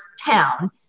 town